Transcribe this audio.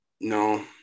No